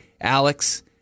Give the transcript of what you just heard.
Alex